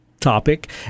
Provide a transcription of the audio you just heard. Topic